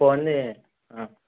இப்போ வந்து ஆ